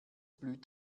blüht